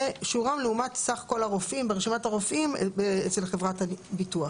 ושיעורם לעומת סך כל הרופאים ברשימת הרופאים אצל חברת הביטוח.